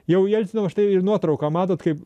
jau jelcino štai ir nuotrauka matot kaip